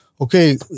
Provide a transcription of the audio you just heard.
okay